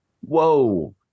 Whoa